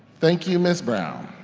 thank you miss brown.